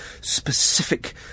specific